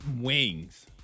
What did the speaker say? wings